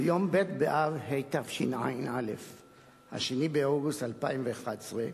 ביום ב' באב התשע"א, 2 באוגוסט 2011,